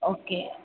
okay